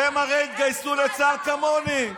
הרי הם התגייסו לצה"ל כמוני.